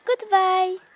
Goodbye